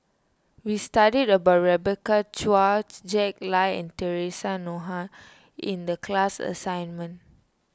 we studied about Rebecca Chua Jack Lai and theresa Noronha in the class assignment